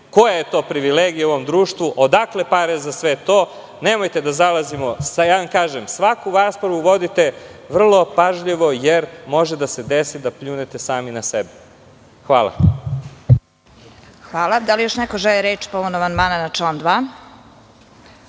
Koja je to privilegija u ovom društvu? Odakle pare za sve to? Nemojte da zalazimo u sve to. Kažem vam, svaku raspravu vodite vrlo pažljivo jer može da se desi da pljunete sami na sebe. Hvala. **Vesna Kovač** Da li još neko želi reč povodom amandmana na član 2?